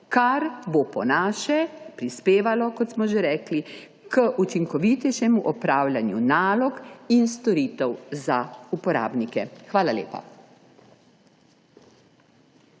kar bo po našem prispevalo, kot smo že rekli, k učinkovitejšemu opravljanju nalog in storitev za uporabnike. Hvala lepa.